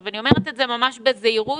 אני אומרת את זה ממש בזהירות,